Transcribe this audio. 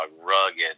Rugged